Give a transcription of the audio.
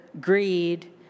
greed